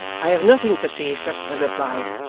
i have nothing to say, sir, in reply,